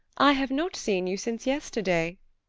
i have not seen you since yesterday.